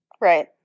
Right